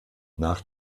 nach